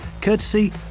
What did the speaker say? courtesy